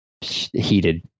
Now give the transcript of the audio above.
heated